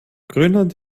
grönland